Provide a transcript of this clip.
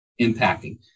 impacting